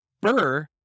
Burr